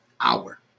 hour